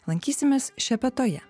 lankysimės šepetoje